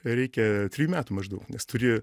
reikia trijų metų maždaug nes turi